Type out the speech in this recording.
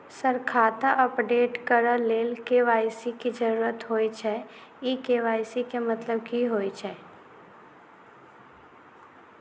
Sir खाता update करऽ लेल के.वाई.सी की जरुरत होइ छैय इ के.वाई.सी केँ मतलब की होइ छैय?